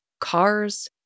cars